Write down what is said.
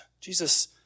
Jesus